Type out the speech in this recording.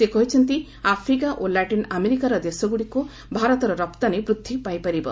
ସେ କହିଛନ୍ତି ଆଫ୍ରିକା ଓ ଲାଟିନ୍ ଆମେରିକାର ଦେଶଗୁଡ଼ିକୁ ଭାରତର ରପ୍ତାନୀ ବୃଦ୍ଧି ପାଇପାରିବ